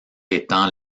étant